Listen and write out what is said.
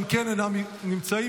גם כן אינם נמצאים.